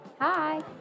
Hi